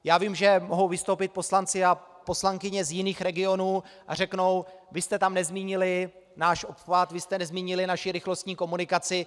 Já vím, že mohou vystoupit poslanci a poslankyně z jiných regionů a řeknou: vy jste tam nezmínili náš obchvat, vy jste nezmínili naši rychlostní komunikaci.